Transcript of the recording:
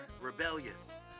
rebellious